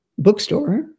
bookstore